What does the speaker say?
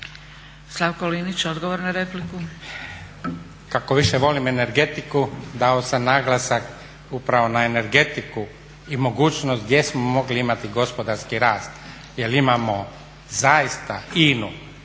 Slavko (Nezavisni)** Kako više volim energetiku dao sam naglasak upravo na energetiku i mogućnost gdje smo mogli imati gospodarski rast jer imamo zaista